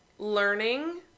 learning